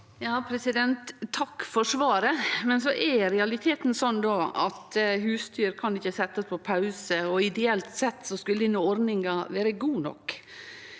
Takk for svar- et. Men så er realiteten sånn at husdyr ikkje kan setjast på pause. Ideelt sett skulle denne ordninga vere god nok,